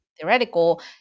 theoretical